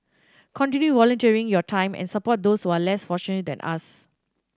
continue volunteering your time and support those who are less fortunate than us